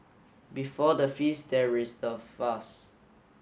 before the feast there is the fast